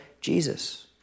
Jesus